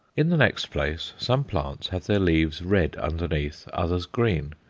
in the next place, some plants have their leaves red underneath, others green,